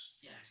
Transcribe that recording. Yes